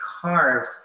carved